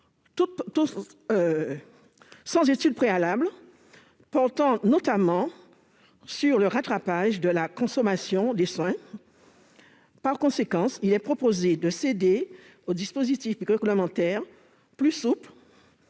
sans étude préalable, notamment sur le rattrapage de la consommation de soins. Par conséquent, il est proposé de créer un dispositif réglementaire plus souple